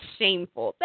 shameful